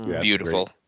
beautiful